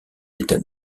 état